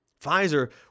Pfizer